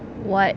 what